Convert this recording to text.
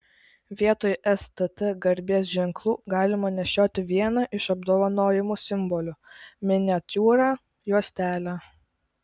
vietoj stt garbės ženklų galima nešioti vieną iš apdovanojimų simbolių miniatiūrą juostelę